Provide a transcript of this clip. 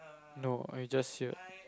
no I just hear